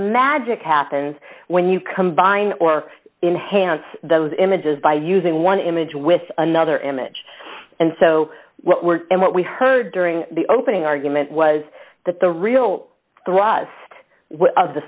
magic happens when you combine or enhance those images by using one image with another image and so what we're in what we heard during the opening argument was that the real thrust of the